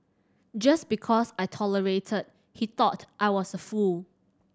just because I tolerated he thought I was a fool